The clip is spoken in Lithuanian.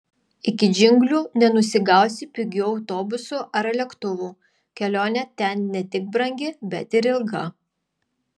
iki džiunglių nenusigausi pigiu autobusu ar lėktuvu kelionė ten ne tik brangi bet ir ilga